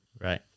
Right